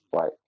right